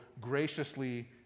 graciously